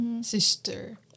Sister